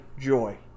Joy